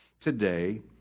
today